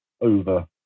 over